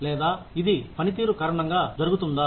లేదా ఇది పనితీరు కారణంగా జరుగుతుందా